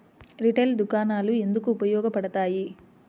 Retail దుకాణాలు ఎందుకు ఉపయోగ పడతాయి?